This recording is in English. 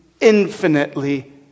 infinitely